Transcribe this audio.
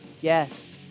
yes